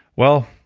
well,